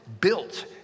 built